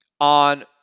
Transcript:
on